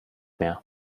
mehr